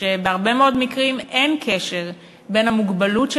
שבהרבה מאוד מקרים אין קשר בין המוגבלות של